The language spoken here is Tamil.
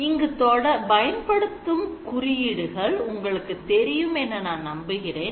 இங்கு பயன்படுத்தும் குறியீடுகள் உங்களுக்கு தெரியும் என நான் நம்புகின்றேன்